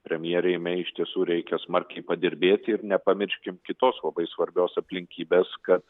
premjerei mei iš tiesų reikia smarkiai padirbėti ir nepamirškim kitos labai svarbios aplinkybės kad